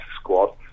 squad